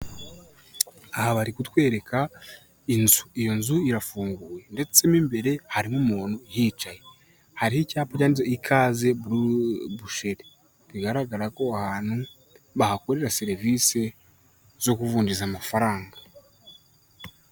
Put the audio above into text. Aha bari kutwereka inzu, iyo nzu irafunguwe ndetse mo imbere harimo umuntu uhicaye, hari ho icyapa cyanditse ikaze busheri, bigaragara ko ahantu bahakorera serivisi zo kuvunjiriza amafaranga.